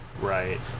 Right